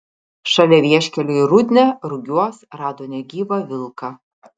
šalia vieškelio į rudnią rugiuos rado negyvą vilką